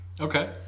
Okay